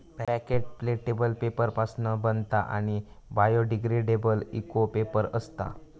packet प्लॅटेबल paper पासना बनता आणि बायोडिग्रेडेबल इको पेपर असता